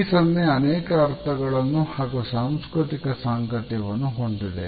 ಈ ಸನ್ನೆ ಅನೇಕ ಅರ್ಥಗಳನ್ನು ಹಾಗೂ ಸಾಂಸ್ಕೃತಿಕ ಸಾಂಗತ್ಯವನ್ನು ಹೊಂದಿದೆ